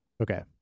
Okay